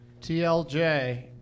TLJ